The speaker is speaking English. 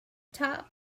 top